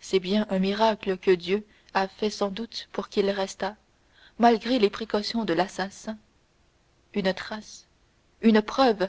c'est bien un miracle que dieu a fait sans doute pour qu'il restât malgré les précautions de l'assassin une trace une preuve